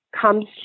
comes